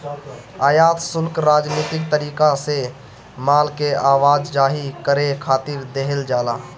आयात शुल्क राजनीतिक तरीका से माल के आवाजाही करे खातिर देहल जाला